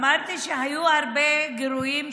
אמרתי שהיו הרבה גירויים,